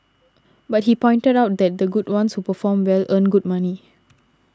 but he pointed out that the good ones who perform well earn good money